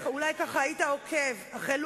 חברת הכנסת אורית זוארץ, בבקשה, גברתי.